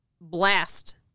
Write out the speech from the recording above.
blast